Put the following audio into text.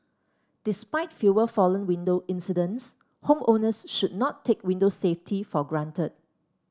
despite fewer fallen window incidents homeowners should not take window safety for granted